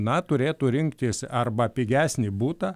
na turėtų rinktis arba pigesnį butą